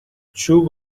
چوب